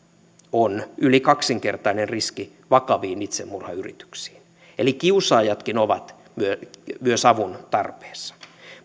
on yli kaksinkertainen riski vakaviin itsemurhayrityksiin eli kiusaajatkin ovat avun tarpeessa